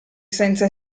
senza